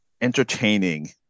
entertaining